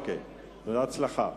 בהצלחה.